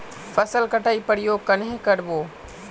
फसल कटाई प्रयोग कन्हे कर बो?